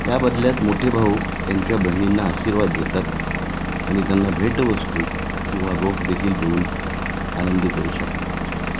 या बदल्यात मोठे भाऊ त्यांच्या बहिणींना आशीर्वाद देतात आणि त्यांना भेटवस्तू किंवा रोख देखील देऊन आनंदी करू शकतात